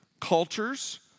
cultures